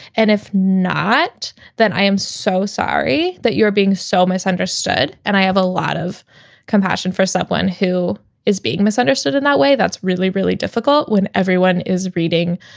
and if not, then i am so sorry that you're being so misunderstood. and i have a lot of compassion for someone who is being misunderstood in that way. that's really, really difficult when everyone is reading